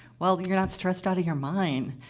well, you're not stressed out of your mind.